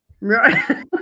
Right